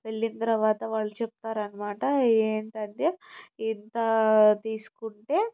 వెళ్ళిన తరువాత వాళ్ళు చెప్తారాన్నమాట ఏంటంటే ఇంత తీసుకుంటే